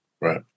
Right